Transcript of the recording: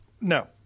No